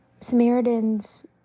Samaritans